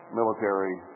military